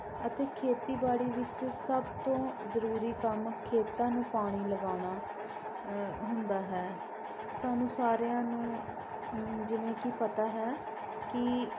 ਅਤੇ ਖੇਤੀਬਾੜੀ ਵਿੱਚ ਸਭ ਤੋਂ ਜ਼ਰੂਰੀ ਕੰਮ ਖੇਤਾਂ ਨੂੰ ਪਾਣੀ ਲਗਾਉਣਾ ਅ ਹੁੰਦਾ ਹੈ ਸਾਨੂੰ ਸਾਰਿਆਂ ਨੂੰ ਜਿਵੇਂ ਕਿ ਪਤਾ ਹੈ ਕਿ